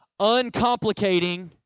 uncomplicating